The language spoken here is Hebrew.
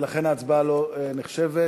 ולכן ההצבעה לא נחשבת.